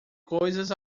coisas